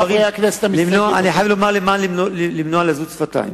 כדי למנוע לזות שפתיים.